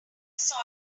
saw